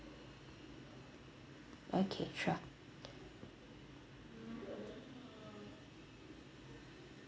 okay sure